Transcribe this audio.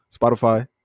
Spotify